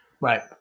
Right